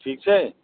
ठीक छै